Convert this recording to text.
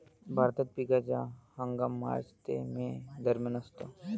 भारतात पिकाचा हंगाम मार्च ते मे दरम्यान असतो